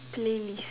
playlist